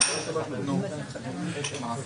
יש לי כמה שאלות רציניות, ויש העניין של הזמנים.